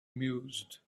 mused